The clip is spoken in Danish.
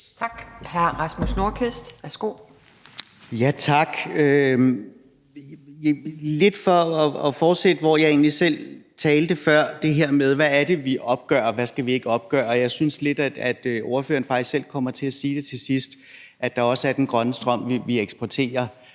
12:31 Rasmus Nordqvist (SF): Tak. Det er lidt for at fortsætte, hvad jeg egentlig selv talte om før, altså det her med, hvad det er, vi opgør, og hvad vi ikke skal opgøre. Og jeg synes lidt, at ordføreren faktisk selv kommer til at sige det til sidst, nemlig at der også er den grønne strøm, vi eksporterer.